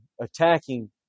attacking